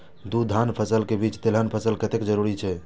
दू धान्य फसल के बीच तेलहन फसल कतेक जरूरी छे?